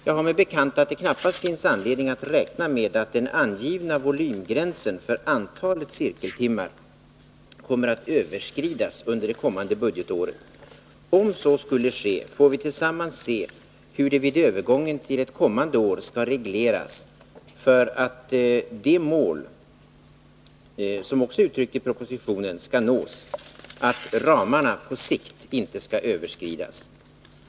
Jag har mig bekant att det knappast finns anledning att räkna med att den angivna volymgränsen för antalet cirkeltimmar kommer att överskridas under det kommande budgetåret. Om så skulle ske får vi tillsammans se hur det vid övergången till ett kommande år skall regleras för att det mål skall nås - som också uttryckts i propositionen — att ramarna på sikt inte skall överskridas.